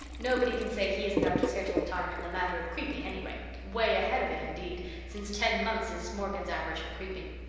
nobody can say he isn't up to schedule time in the matter of creeping anyway away ahead of it indeed, since ten months is morgan's average for creeping.